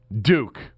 Duke